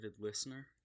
listener